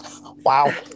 Wow